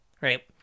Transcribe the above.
Right